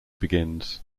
begins